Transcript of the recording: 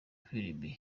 filime